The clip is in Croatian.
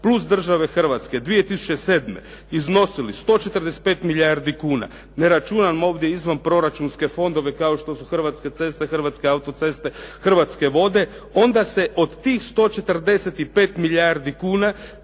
plus države Hrvatske 2007. iznosili 145 milijardi kuna. Ne računam ovdje izvanproračunske fondove kao što su Hrvatske ceste, Hrvatske auto-ceste, Hrvatske vode, onda se od tih 145 milijardi kuna